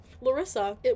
Larissa